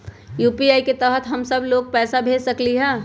UPI के तहद हम सब लोग को पैसा भेज सकली ह?